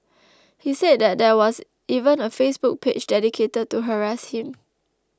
he said that there was even a Facebook page dedicated to harass him